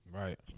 right